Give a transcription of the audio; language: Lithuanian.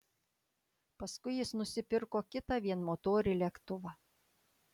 paskui jis nusipirko kitą vienmotorį lėktuvą